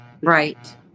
Right